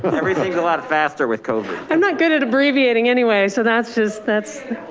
but everything's a lot faster with covid. i'm not good at abbreviating anyway. so that's just, that's,